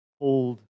hold